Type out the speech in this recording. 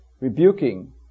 rebuking